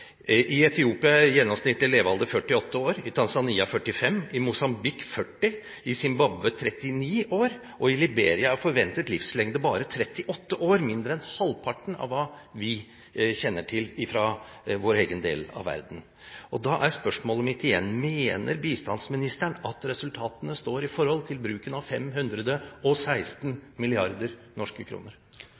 I Etiopia er gjennomsnittlig levealder 48 år, i Tanzania 45 år, i Mosambik 40 år, i Zimbabwe 39 år, og i Liberia er forventet livslengde bare 38 år – mindre enn halvparten av det vi kjenner til fra vår egen del av verden. Da er spørsmålet mitt igjen: Mener bistandsministeren at resultatene står i forhold til bruken av 516 milliarder norske kroner?